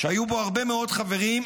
שהיו בו הרבה מאוד חברים,